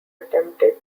attempted